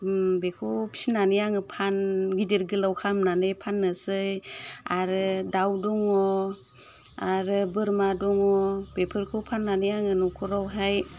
बेखौ फिनानै आङो गिदिर गोलाव खामनानै फाननोसै आरो दाउ दङ आरो बोरमा दङ बेफोरखौ फाननानै आङो न'खरावहाय